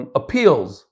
appeals